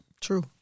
True